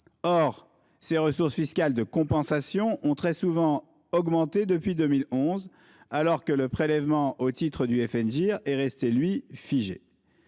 Or ces ressources fiscales de compensation ont très souvent augmenté depuis 2011, alors que le prélèvement au titre du FNGIR est resté, quant à lui, figé.